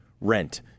rent